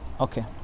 Okay